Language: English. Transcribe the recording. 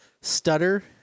stutter